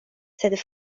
sed